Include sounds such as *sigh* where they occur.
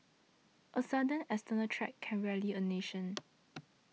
a sudden external threat can rally a nation *noise*